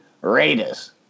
Raiders